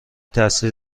تاثیر